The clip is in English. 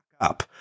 up